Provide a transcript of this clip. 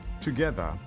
Together